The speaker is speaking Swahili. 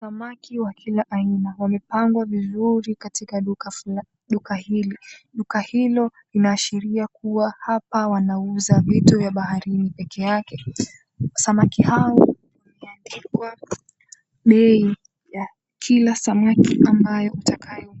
Samaki wa kila aina wamepangwa vizuri katika duka hili, duka hilo linaashiria kuwa hapa wanauza vitu vya baharini pekee yake. Samaki hao wameandikiwa bei ya kila samaki ambayo utakayo.